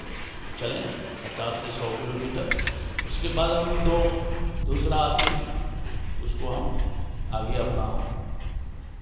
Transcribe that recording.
चलें पाचास से सौ किलोमीटर उसके बाद हम दो दूसरा आदमी उसको हम आगे अपना